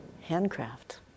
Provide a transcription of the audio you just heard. handcraft